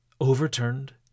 overturned